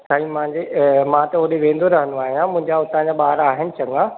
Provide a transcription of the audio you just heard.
साईं मुंहिंजे ऐं मां त होॾे वेंदो रहंदो आहियां मुंहिंजा हुतां जा ॿार आहिनि चङा